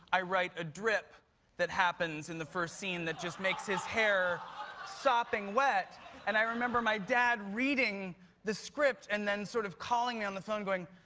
i write a drip that happens in the first scene that just makes his hair sopping wet and i remember my dad reading the script and then sort of calling me on the phone going